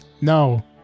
No